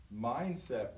Mindset